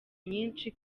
nyinshi